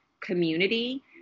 community